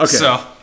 Okay